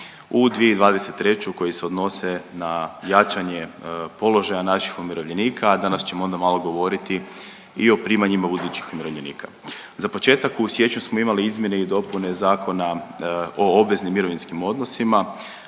u 2023. koji se odnose na jačanje položaja naših umirovljenika, a danas ćemo onda malo govoriti i o primanjima budućih umirovljenika. Za početak, u siječnju smo imali izmjene i dopune Zakona o obveznim mirovinskim odnosima